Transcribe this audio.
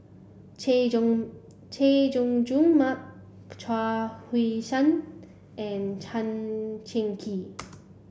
Chay Jung Chay Jung Jun Mark Chuang Hui Tsuan and Tan Cheng Kee